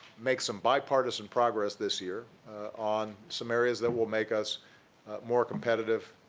make some bipartisan progress this year on some areas that will make us more competitive